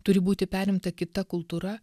turi būti perimta kita kultūra